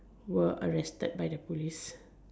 were arrested by the police